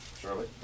surely